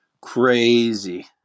Crazy